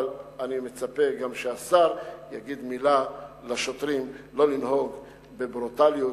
אבל אני מצפה גם שהשר יגיד מלה לשוטרים לא לנהוג בברוטליות